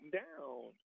down